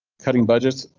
cutting budgets,